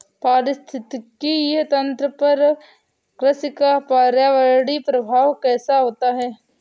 पारिस्थितिकी तंत्र पर कृषि का पर्यावरणीय प्रभाव कैसा होता है?